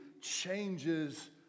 changes